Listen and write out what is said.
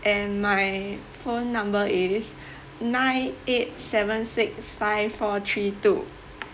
and my phone number is nine eight seven six five four three two